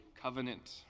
covenant